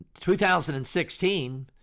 2016